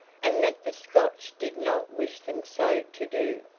and that the scotch did not wish them so to do.